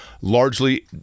largely